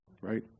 right